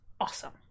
awesome